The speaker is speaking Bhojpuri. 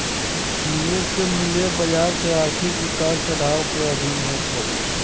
निवेश के मूल्य बाजार के आर्थिक उतार चढ़ाव के अधीन होत हवे